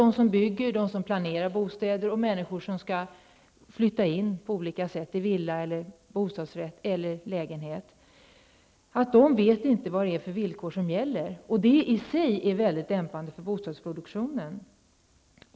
De som bygger, de som planerar bostäder och de människor som skall flytta in i en villa, en bostadsrätt eller en lägenhet vet ju inte vad det är för villkor som gäller. Det i sig är väldigt dämpande för bostadsproduktionen.